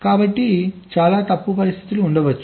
కాబట్టి చాలా తప్పు పరిస్థితులు ఉండవచ్చు